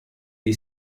gli